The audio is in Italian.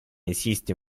esiste